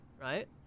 right